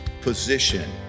position